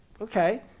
Okay